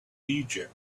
egypt